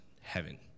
heaven